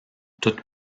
toute